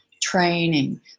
training